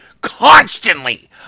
constantly